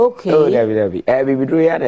Okay